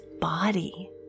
body